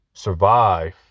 Survive